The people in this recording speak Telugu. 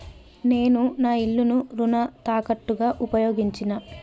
నేను నా ఇల్లును రుణ తాకట్టుగా ఉపయోగించినా